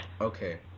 Okay